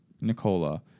Nicola